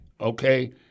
okay